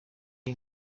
iyo